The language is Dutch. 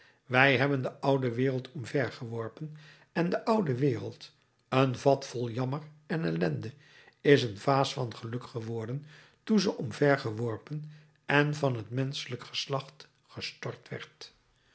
wij hebben de oude wereld omvergeworpen en de oude wereld een vat vol jammer en ellende is een vaas van geluk geworden toen ze omgeworpen en van het menschelijk geslacht gestort